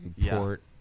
Port